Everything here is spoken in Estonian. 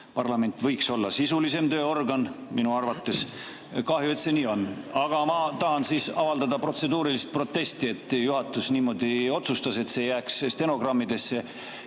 Parlament võiks olla sisulisem tööorgan minu arvates. Kahju, et see nii on. Aga ma tahan siis avaldada protseduuriliselt protesti, et juhatus niimoodi otsustas, et see jääks stenogrammi.